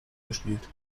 gespielt